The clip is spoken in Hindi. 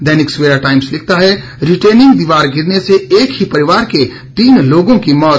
दैनिक सवेरा टाइम्स लिखता है रिटेनिंग दीवार गिरने से एक ही परिवार के तीन लोगों की मौत